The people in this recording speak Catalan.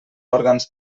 òrgans